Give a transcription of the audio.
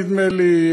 נדמה לי,